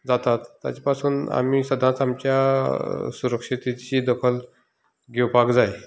जातात ताजे पसून आमी सदांच आमच्या सुरक्षेची दखल घेवपाक जाय